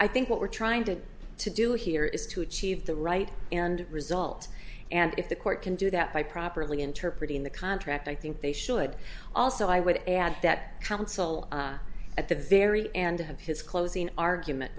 i think what we're trying to to do here is to achieve the right end result and if the court can do that by properly interpret in the contract i think they should also i would add that traveled so at the very end of his closing argument